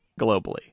globally